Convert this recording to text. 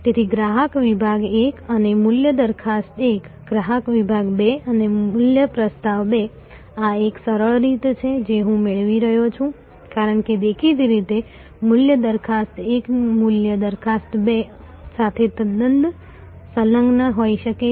તેથી ગ્રાહક વિભાગ 1 અને મૂલ્ય દરખાસ્ત 1 ગ્રાહક વિભાગ 2 અને મૂલ્ય પ્રસ્તાવ 2 આ એક સરળ રીત છે જે હું મેળવી રહ્યો છું કારણ કે દેખીતી રીતે મૂલ્ય દરખાસ્ત 1 મૂલ્ય દરખાસ્ત 2 સાથે તદ્દન સંલગ્ન હોઈ શકે છે